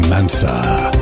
Mansa